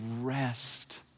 rest